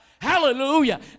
Hallelujah